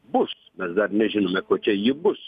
bus mes dar nežinome kokia ji bus